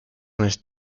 nicht